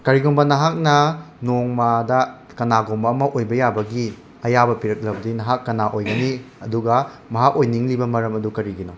ꯀꯔꯤꯒꯨꯝꯕ ꯅꯍꯥꯛꯅ ꯅꯣꯡꯃꯥꯗ ꯀꯅꯥꯒꯨꯝꯕ ꯑꯃ ꯑꯣꯏꯕ ꯌꯥꯕꯒꯤ ꯑꯌꯥꯕ ꯄꯤꯔꯛꯂꯕꯗꯤ ꯅꯍꯥꯛ ꯀꯅꯥ ꯑꯣꯏꯒꯅꯤ ꯑꯗꯨꯒ ꯃꯍꯥꯛ ꯑꯣꯏꯅꯤꯡꯂꯤ ꯃꯔꯝ ꯑꯗꯨ ꯀꯔꯤꯒꯤꯅꯣ